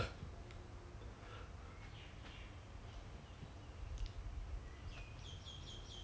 ya so like from ah ya actually from today onwards he's on no pay leave already indefinitely